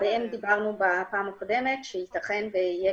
בפעם הקודמת לגביהם אמרנו שיתכן ויהיה